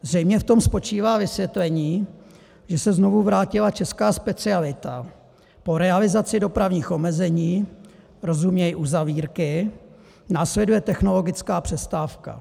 Zřejmě v tom spočívá vysvětlení, že se znovu vrátila česká specialita po realizaci dopravních omezení, rozuměj uzavírky, následuje technologická přestávka.